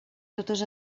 totes